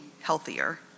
healthier